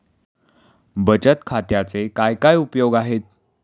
बचत खात्याचे काय काय उपयोग आहेत?